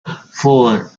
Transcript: four